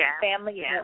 family